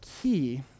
key